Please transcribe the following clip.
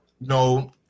no